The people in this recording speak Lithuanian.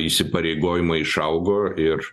įsipareigojimai išaugo ir